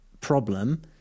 problem